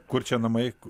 kur čia namai